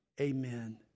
Amen